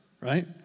right